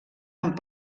amb